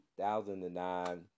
2009